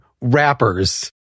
rappers